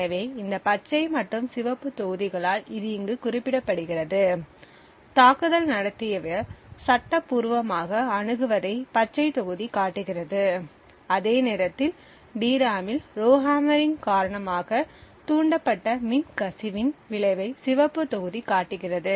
எனவே இந்த பச்சை மற்றும் சிவப்பு தொகுதிகளால் இது இங்கு குறிப்பிடப்படுகிறது தாக்குதல் நடத்தியவர் சட்டப்பூர்வமாக அணுகுவதை பச்சை தொகுதி காட்டுகிறது அதே நேரத்தில் டிராமில் ரோஹம்மரிங் காரணமாக தூண்டப்பட்ட மின்கசிவின் விளைவை சிவப்பு தொகுதி காட்டுகிறது